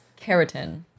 keratin